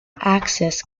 axis